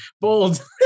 Bold